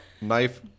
knife